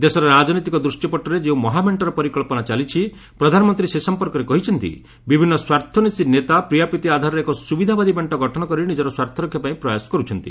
ଦେଶର ରାଜନୈତିକ ଦୂଶ୍ୟପଟରେ ଯେଉଁ ମହାମେଣ୍ଟର ପରିକ୍ସନା ଚାଲିଛି ପ୍ରଧାନମନ୍ତ୍ରୀ ସେ ସମ୍ପର୍କରେ କହିଛନ୍ତି ବିଭିନ୍ନ ସ୍ୱାର୍ଥନ୍ୱେଷୀ ନେତା ପ୍ରିୟାପ୍ରୀତି ଆଧାରରେ ଏକ ସୁବିଧାବାଦୀ ମେଣ୍ଟ ଗଠନ କରି ନିଜର ସ୍ୱାର୍ଥରକ୍ଷା ପାଇଁ ପ୍ରୟାସ କରୁଛନ୍ତି